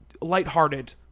lighthearted